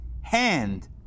hand